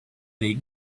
they